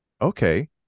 okay